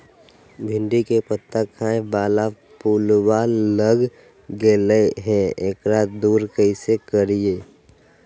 भिंडी के पत्ता खाए बाला पिलुवा लग गेलै हैं, एकरा दूर कैसे करियय?